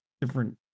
different